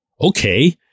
Okay